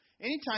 Anytime